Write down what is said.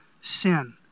sin